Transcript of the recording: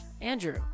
Andrew